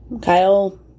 Kyle